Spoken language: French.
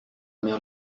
mère